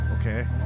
okay